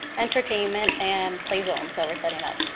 entertainment and play zones that we're setting up.